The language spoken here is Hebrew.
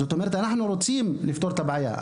אנחנו רוצים לפתור את הבעיה.